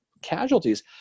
Casualties